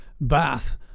bath